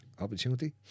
opportunity